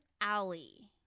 alley